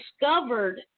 discovered